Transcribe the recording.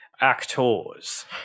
actors